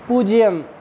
பூஜ்ஜியம்